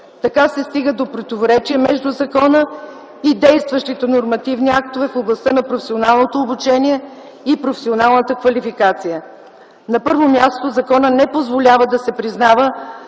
Така се стига до противоречие между закона и действащите нормативни актове в областта на професионалното обучение и професионалната квалификация. На първо място, законът не позволява да се признават